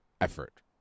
effort